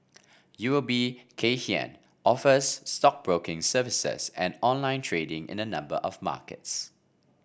U O B Kay Hian offers stockbroking services and online trading in a number of markets